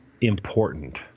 important